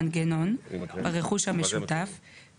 המנגנון) ברכוש המשותף,